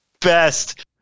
best